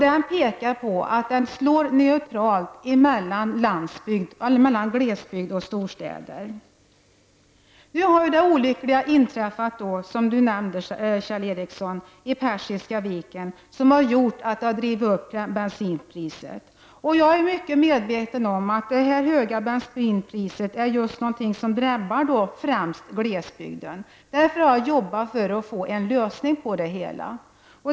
Den pekar på att reformen är neutral mellan glesbygd och storstäder. Nu har, som Kjell Ericsson nämnde, den olyckliga invasionen inträffat vid Persiska viken, vilket har drivit upp bensinpriset. Jag är mycket medveten om att det höga bensinpriset är något som främst drabbar glesbygden. Därför har jag jobbat för att få en lösning på frågan.